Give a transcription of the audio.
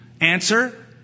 Answer